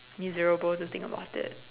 miserable to think about it